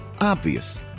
Obvious